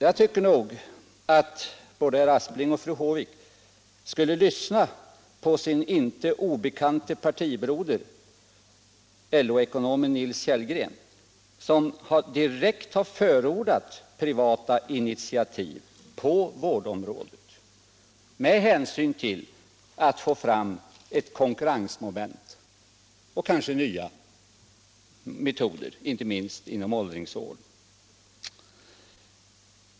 Jag tycker nog att både herr Aspling och fru Håvik skulle lyssna på sin inte obekante partibroder, LO-ekonomen Nils Kellgren, som direkt har förordat privata initiativ på vårdområdet för att få fram ett konkurrensmoment och kanske nya metoder, inte minst inom åldringsvården.